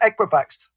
Equifax